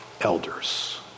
elders